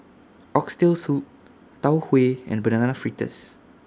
Oxtail Soup Tau Huay and Banana Fritters